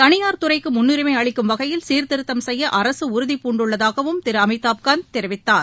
தளியார் துறைக்குமுன்னுரிமைஅளிக்கும் வகையில் சீர்திருத்தம் செய்யஅரகஉறுதிபூண்டுள்ளதாகவும் திருஅமிதாப் கந்த் தெரிவித்தார்